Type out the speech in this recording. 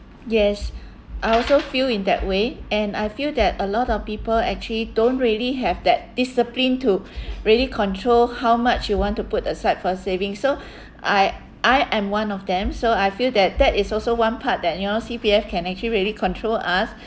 yes I also feel in that way and I feel that a lot of people actually don't really have that discipline to really control how much you want to put aside for saving so I I am one of them so I feel that that is also one part that you know C_P_F can actually really control us